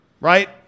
Right